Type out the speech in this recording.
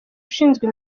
ushinzwe